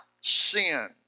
sin